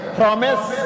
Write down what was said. promise